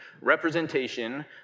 representation